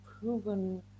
proven